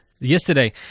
Yesterday